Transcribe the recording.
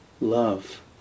love